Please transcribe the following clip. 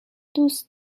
دوست